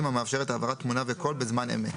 המאפשרת העברת תמונה וקול בזמן אמת".